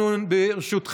הילד.